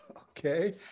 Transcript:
Okay